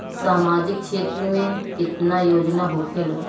सामाजिक क्षेत्र में केतना योजना होखेला?